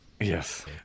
Yes